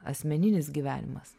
asmeninis gyvenimas